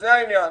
זה העניין.